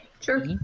Sure